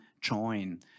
join